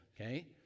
okay